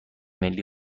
ملی